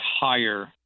higher